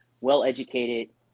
well-educated